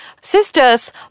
sisters